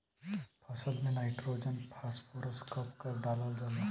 फसल में nitrogen phosphorus कब कब डालल जाला?